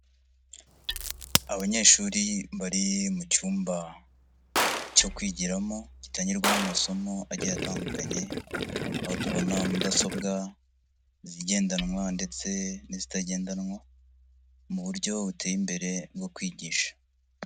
Abanyeshuri bari mu cyumba cyo kwigiramo, gitangirwamo amasomo agiye atandukanye, aho tubona mudasobwa, izigendanwa ndetse n'izitagendanwa mu buryo buteye imbere bwo kwigisha.